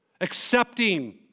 Accepting